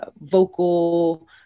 vocal